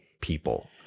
people